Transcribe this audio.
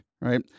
right